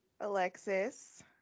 Alexis